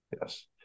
Yes